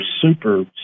super